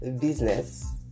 business